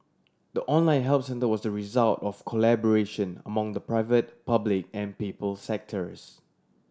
the online help centre was the result of collaboration among the private public and people sectors